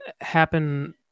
happen